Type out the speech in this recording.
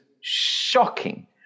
shocking